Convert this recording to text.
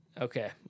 Okay